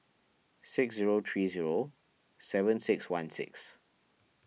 six zero three zero seven six one six